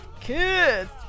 kids